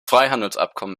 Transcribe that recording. freihandelsabkommen